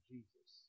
Jesus